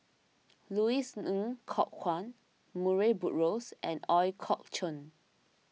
Louis Ng Kok Kwang Murray Buttrose and Ooi Kok Chuen